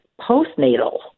postnatal